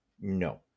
no